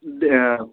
ড্যা